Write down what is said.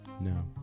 no